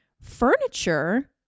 furniture